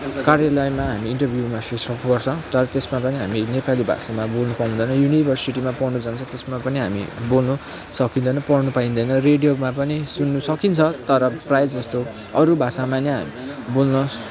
कार्यालयमा हामी इन्टरभ्यूमा फेस अफ गर्छ तर त्यसमा पनि हामी नेपाली भाषामा बोल्नु पाउँदैन युनिभर्सिटीमा पढ्नु जान्छ त्यसमा पनि हामी बोल्नु सकिँदैन पढ्नु पाइँदैन रेडियोमा पनि सुन्नु सकिन्छ तर प्राय जस्तो अरू भाषामा नै बोल्न